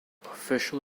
official